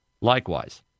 Likewise